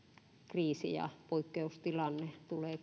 kriisi ja poikkeustilanne tulee